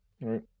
right